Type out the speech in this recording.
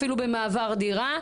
אפילו במעבר דירה,